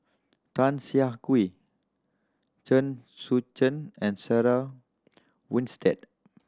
Tan Siah Kwee Chen Sucheng and Sarah Winstedt